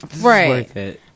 Right